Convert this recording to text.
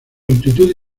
amplitud